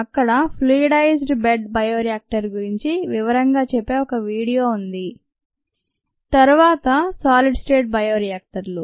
అక్కడ fluidised bed bioreactor గురించి వివరంగా చెప్పే ఒక వీడియో ఉంది తరువాత సాలిడ్ స్టేట్ బయోరియాక్టర్లు